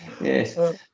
Yes